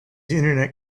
internet